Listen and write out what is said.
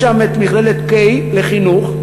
יש שם מכללת קיי לחינוך,